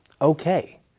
okay